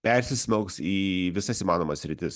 persismelks į visas įmanomas sritis